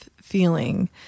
feeling